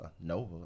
Nova